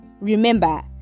Remember